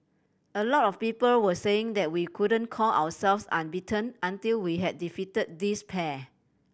a lot of people were saying that we couldn't call ourselves unbeaten until we had defeat this pair